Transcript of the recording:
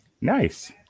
Nice